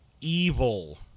evil